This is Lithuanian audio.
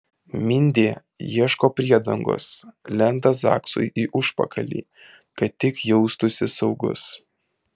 mindė ieško priedangos lenda zaksui į užpakalį kad tik jaustųsi saugus